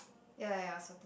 ya ya ya satur~